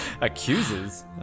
Accuses